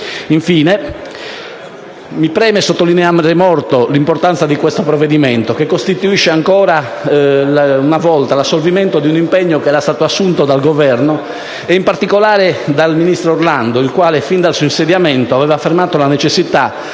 Infine, mi preme sottolineare molto l' importanza di questo provvedimento, che costituisce ancora una volta l'assolvimento di un impegno assunto dal Governo e in particolare dal ministro Orlando, il quale, fin dal suo insediamento, aveva affermato la necessità,